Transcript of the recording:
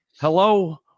hello